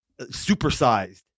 supersized